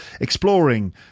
exploring